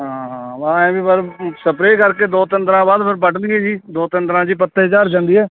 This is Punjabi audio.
ਹਾਂ ਹਾਂ ਬਸ ਐਂ ਵੀ ਬਸ ਸਪਰੇ ਕਰਕੇ ਦੋ ਤਿੰਨ ਦਿਨਾਂ ਬਾਅਦ ਫਿਰ ਵੱਢ ਲਈਏ ਜੀ ਦੋ ਤਿੰਨ ਦਿਨਾਂ 'ਚ ਪੱਤੇ ਝੜ ਜਾਂਦੇ ਹੈ